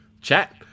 chat